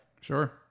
Sure